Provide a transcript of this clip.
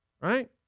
right